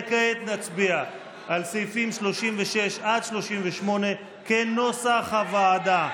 כעת נצביע על סעיפים 36 עד 38 כנוסח הוועדה.